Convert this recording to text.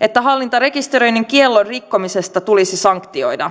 että hallintarekisteröinnin kiellon rikkominen tulisi sanktioida